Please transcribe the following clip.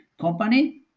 company